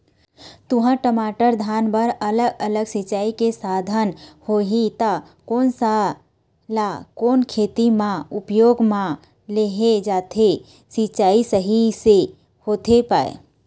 तुंहर, टमाटर, धान बर अलग अलग सिचाई के साधन होही ता कोन सा ला कोन खेती मा उपयोग मा लेहे जाथे, सिचाई सही से होथे पाए?